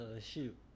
shoot